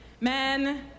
men